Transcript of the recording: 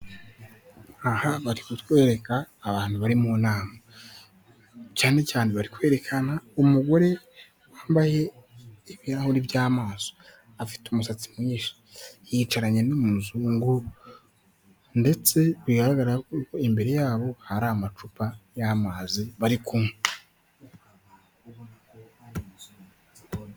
Aha bari kutwereka abantu bari mu nama, cyane cyane bari kwerekana umugore wambaye ibirahuri by'amaso, afite umusatsi mwinshi, yicaranye n'umuzungu, ndetse biragaragara ko ko imbere yabo hari amacupa y'amazi bari kumwe.